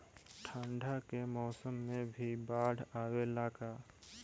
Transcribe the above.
ठंडा के मौसम में भी बाढ़ आवेला का?